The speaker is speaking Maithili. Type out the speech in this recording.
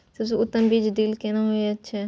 सबसे उत्तम बीज ड्रिल केना होए छै?